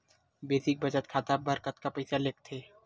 Basic बचत खाता बर कतका पईसा लगथे?